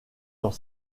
dans